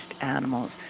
animals